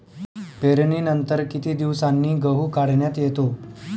पेरणीनंतर किती दिवसांनी गहू काढण्यात येतो?